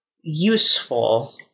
useful